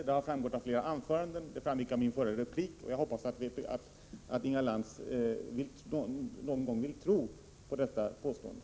Det har också framgått av flera anföranden, och det framgick av min förra replik. Jag hoppas att Inga Lantz någon gång kommer att tro på detta påstående.